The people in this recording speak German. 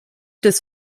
des